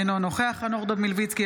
אינו נוכח חנוך דב מלביצקי,